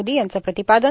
मोदी याचं प्रतिपादन